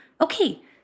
okay